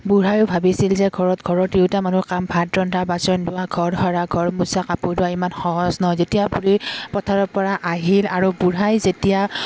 বুঢ়াইও ভাবিছিল যে ঘৰত ঘৰৰ তিৰুতা মানুহৰ কাম ভাত ৰন্ধা বাচন ধোৱা ঘৰ সৰা ঘৰ মোচা কাপোৰ ধোৱা ইমান সহজ নহয় যেতিয়া বুঢ়ী পথাৰৰ পৰা আহিল আৰু বুঢ়াই যেতিয়া